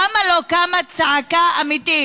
למה לא קמה צעקה אמיתית?